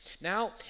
Now